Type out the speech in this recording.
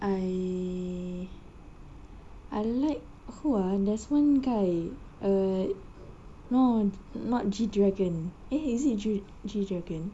I I like who ah there's one guy uh no not G dragon eh is it G G dragon